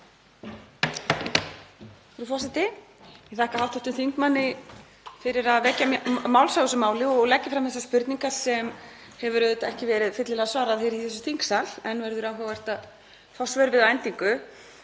Frú forseti. Ég þakka hv. þingmanni fyrir að vekja máls á þessu máli og leggja fram þessar spurningar sem hefur ekki verið fyllilega svarað hér í þingsal en verður áhugavert að fá svör við að endingu.